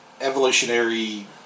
evolutionary